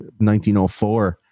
1904